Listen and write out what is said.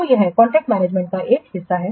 तो यह contract management का एक हिस्सा है